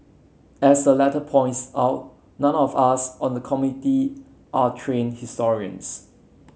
as the letter points out none of us on the Committee are trained historians